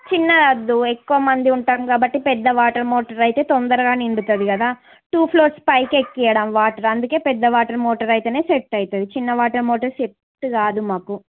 చిన్నదొద్దు ఎక్కువ మంది ఉంటాం కాబట్టి పెద్ద వాటర్ మోటర్ అయితే తొందరగా నిండుతుంది కదా టూ ఫ్లోర్స్ పైకెక్కించడం వాటర్ అందుకే పెద్ద వాటర్ మోటర్ అయితేనే సెట్ అవుతుంది చిన్న వాటర్ మోటర్ అయితే సెట్ కాదు మాకు